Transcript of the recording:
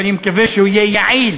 ואני מקווה שהוא יהיה יעיל,